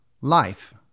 Life